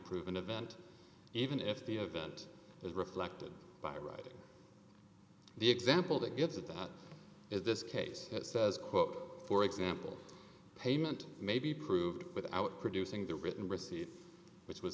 prove an event even if the event is reflected by writing the example that gives it that is this case says quote for example payment may be proved without producing the written receipt which was